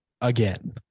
again